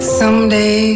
someday